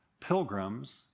Pilgrims